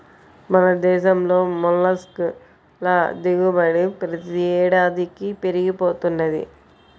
మన దేశంలో మొల్లస్క్ ల దిగుబడి ప్రతి ఏడాదికీ పెరిగి పోతున్నది